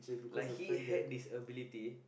like he had this ability